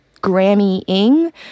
Grammy-ing